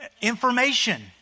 information